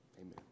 Amen